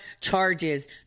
charges